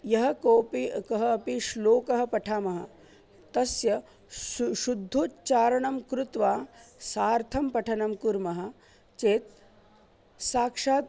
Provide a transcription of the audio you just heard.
यः कोऽपि कः अपि श्लोकः पठामः तस्य शु शुद्धोच्चारणं कृत्वा सार्थं पठनं कुर्मः चेत् साक्षात्